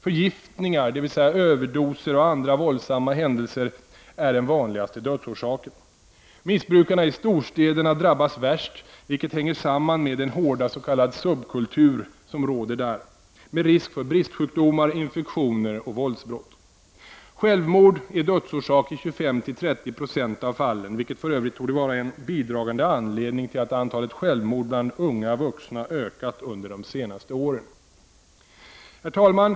Förgiftningar, dvs. överdoser, och andra våldsamma händelser är den vanligaste dödsorsaken. Missbrukarna i storstäderna drabbas värst, vilket hänger samman med den hårda s.k. subkultur som råder där med risk för bristsjukdomar, infektioner och våldsbrott. Självmord är dödsorsak i 25—30 96 av fallen, vilket f.ö. torde vara en bidragande anledning till att antalet självmord bland unga vuxna ökat under de senaste åren. Herr talman!